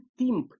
timp